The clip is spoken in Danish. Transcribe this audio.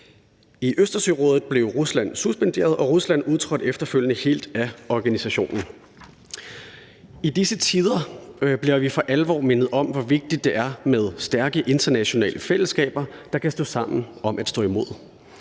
I Østersørådet blev Rusland suspenderet, og Rusland udtrådte efterfølgende helt af organisationen. I disse tider bliver vi for alvor mindet om, hvor vigtigt det er med stærke internationale fællesskaber, der kan stå sammen om at stå imod.